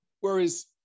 Whereas